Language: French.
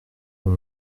dont